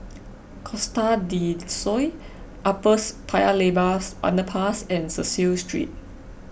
Costa del Sol Uppers Paya Lebar's Underpass and Cecil Street